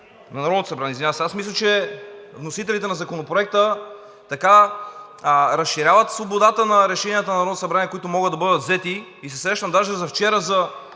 Мисля, че вносителите на законопроекта така разширяват свободата на решенията на Народното събрание, които могат да бъдат взети, и даже се сещам за вчера, за